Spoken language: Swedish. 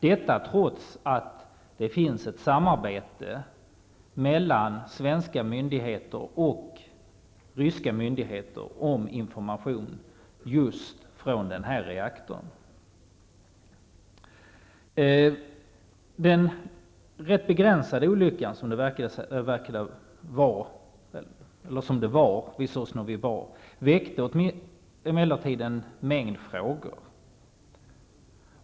Detta trots att det finns ett samarbete mellan svenska och ryska myndigheter om information om just den här reaktorn. Den relativt begränsade olycka som det var fråga om vid Sosnovyj Bor väckte emellertid en mängd frågor.